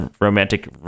romantic